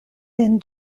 lin